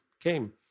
came